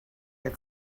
your